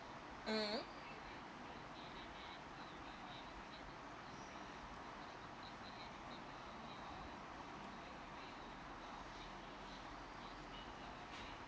mmhmm